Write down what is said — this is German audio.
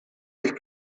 sich